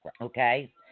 okay